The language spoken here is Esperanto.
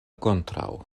kontraŭ